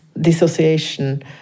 dissociation